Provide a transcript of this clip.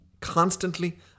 constantly